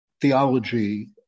theology